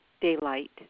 daylight